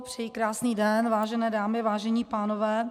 Přeji krásný den, vážené dámy, vážení pánové.